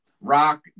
rock